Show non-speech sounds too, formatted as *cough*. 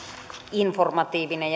informatiivinen *unintelligible*